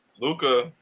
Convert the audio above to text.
Luca